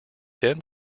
then